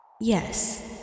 Yes